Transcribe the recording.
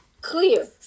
clear